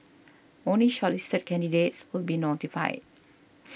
only shortlisted candidates will be notified